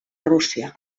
rússia